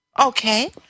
Okay